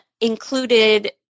included